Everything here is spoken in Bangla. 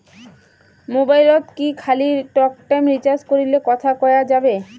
মোবাইলত কি খালি টকটাইম রিচার্জ করিলে কথা কয়া যাবে?